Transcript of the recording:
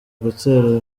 gutera